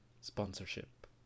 sponsorship